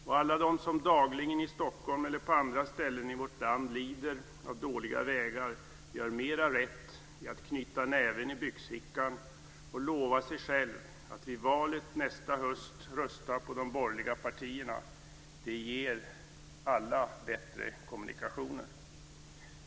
Och alla de som dagligen i Stockholm eller på andra ställen i vårt land lider av dåliga vägar gör mera rätt i att knyta näven i byxfickan och lova sig själv att vid valet nästa höst rösta på de borgerliga partierna. Det ger alla bättre kommunikationer.